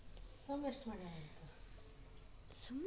ಭಾರತ ಮೀನು ಉತ್ಪಾದನದಾಗ ವಿಶ್ವದ ಮೂರನೇ ಸ್ಥಾನದಾಗ ಅದ